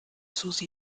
susi